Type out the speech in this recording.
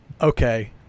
okay